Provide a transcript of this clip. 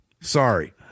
Sorry